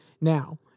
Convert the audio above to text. Now